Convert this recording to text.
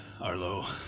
Arlo